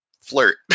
flirt